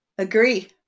Agree